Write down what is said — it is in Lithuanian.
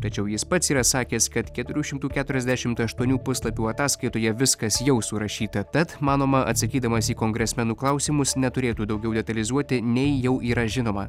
tačiau jis pats yra sakęs kad keturių šimtų keturiasdešim aštuonių puslapių ataskaitoje viskas jau surašyta tad manoma atsakydamas į kongresmenų klausimus neturėtų daugiau detalizuoti nei jau yra žinoma